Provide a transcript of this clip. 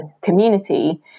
community